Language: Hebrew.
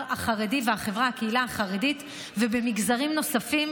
החרדי והקהילה החרדית ובמגזרים נוספים,